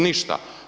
Ništa.